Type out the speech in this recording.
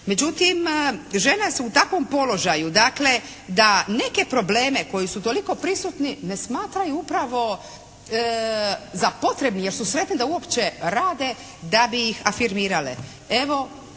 Međutim, žene su u takvom položaj dakle da neke probleme koji su toliko prisutni ne smatraju upravo za potrebnim jer su sretne da uopće rade da bi ih afirmirale.